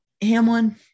Hamlin